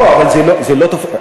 לא, אבל זה לא תופס.